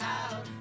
out